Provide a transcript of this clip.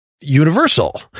universal